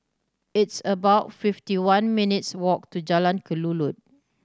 it's about fifty one minutes' walk to Jalan Kelulut